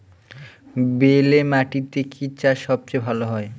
বেলে মাটিতে কি চাষ সবচেয়ে ভালো হয়?